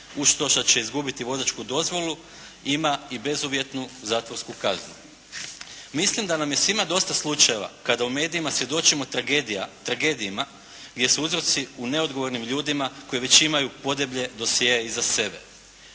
uz to što će izgubiti vozačku dozvolu, ima i bezuvjetnu zatvorsku kaznu. Mislim da nam je svima dosta slučajeva kada u medijima svjedočimo tragedijama gdje su uzroci u neodgovornim ljudima koji već imaju podeblje dosjee iza sebe.